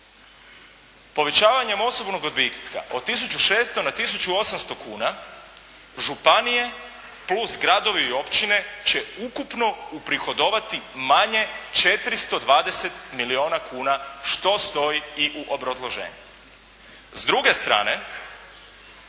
Povećanjem osobnog odbitka od 1.600,00 na 1.800,00 kuna županije plus gradovi i općine će ukupno uprihodovati manje 420 milijuna kuna što stoji i u obrazloženju.